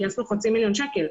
גייסנו חצי מיליון שקל,